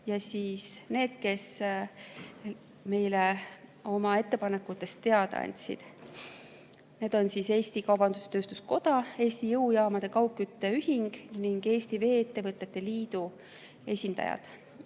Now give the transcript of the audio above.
ja need, kes meile oma ettepanekutest teada andsid. Need on Eesti Kaubandus-Tööstuskoda, Eesti Jõujaamade ja Kaugkütte Ühing ning Eesti Vee-ettevõtete Liidu esindajad.